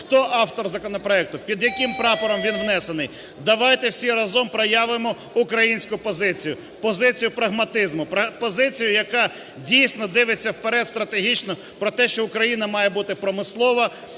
хто автор законопроекту, під яким прапором він внесений, давайте всі разом проявимо українську позицію – позицію прагматизму, позицію, яка дійсно дивиться вперед стратегічно про те, що Україна має бути промислова,